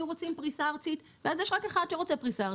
פריסה ארצית ואז יש רק אחד שרוצה פריסה ארצית.